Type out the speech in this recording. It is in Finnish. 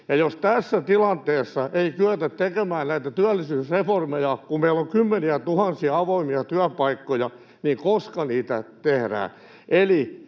jos tässä tilanteessa ei kyetä tekemään työllisyysreformeja, kun meillä on kymmeniätuhansia avoimia työpaikkoja, niin koska niitä tehdään?